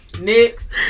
Next